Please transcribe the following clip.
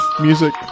music